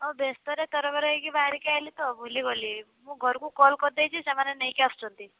ହଁ ବ୍ୟସ୍ତରେ ତରବର ହେଇକି ବାହରିକି ଆଇଲି ତ ଭୁଲିଗଲି ମୁଁ ଘରକୁ କଲ୍ କରିଦେଇଛି ସେମାନେ ନେଇକି ଆସୁଛନ୍ତି